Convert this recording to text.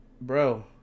bro